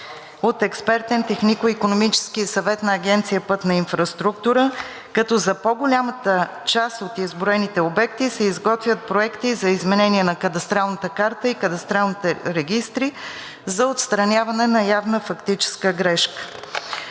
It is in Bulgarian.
от експертен технико-икономически съвет на Агенция „Пътна инфраструктура“, като за по-голямата част от изброените обекти се изготвят проекти за изменение на кадастралната карта и кадастралните регистри за отстраняване на явна фактическа грешка.